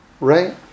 Right